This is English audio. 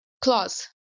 clause